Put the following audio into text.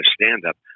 stand-up